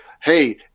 Hey